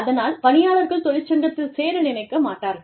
அதனால் பணியாளர்கள் தொழிற்சங்கத்தில் சேர நினைக்க மாட்டார்கள்